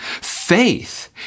Faith